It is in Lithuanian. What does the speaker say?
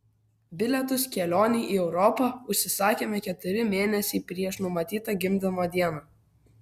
bilietus kelionei į europą užsisakėme keturi mėnesiai prieš numatytą gimdymo dieną